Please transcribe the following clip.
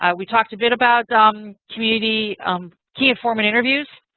ah we talked a bit about um community um key informer interviews,